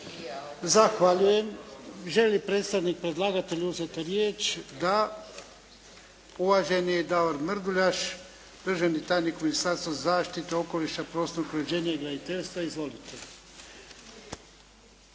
Zahvaljujem. Želi li predstavnik predlagatelja uzeti riječ? Da. Uvaženi Davor Mrduljaš, državni tajnik u Ministarstvu zaštite okoliša, prostornog uređenja i graditeljstva. Izvolite.